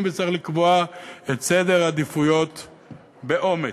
וצריך לקבוע את סדר העדיפויות באומץ.